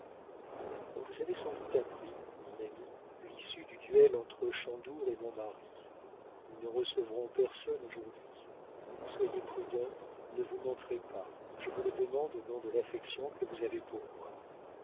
vous avez sans doute appris mon ami l'issue du duel entre chandour et mon mari nous ne recevrons personne aujourd'hui soyez prudent ne vous montrez pas je vous le demande au nom de l'affection que vous avez pour moi